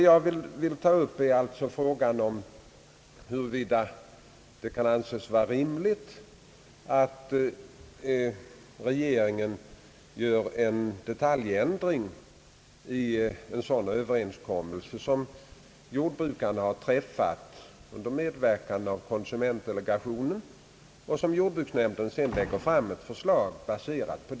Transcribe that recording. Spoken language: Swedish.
Jag vill ta upp frågan om huruvida det kan anses vara rimligt, att regeringen gör en detaljändring i en sådan överenskommelse som jordbrukarna har träffat under medverkan av konsumentdelegationen och som jordbruksnämndens förslag är baserat på.